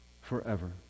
forever